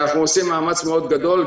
שאנחנו עושים מאמץ גדול מאוד.